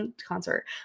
Concert